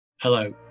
Hello